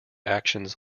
actions